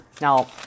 Now